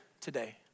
today